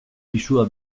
pisua